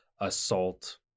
assault